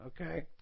Okay